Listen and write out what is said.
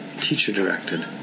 teacher-directed